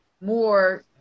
more